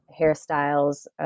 hairstyles